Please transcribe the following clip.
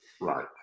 Right